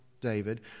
David